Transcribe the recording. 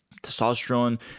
testosterone